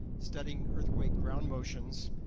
studying earthquake ground motions,